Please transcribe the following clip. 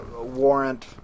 warrant